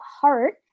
heart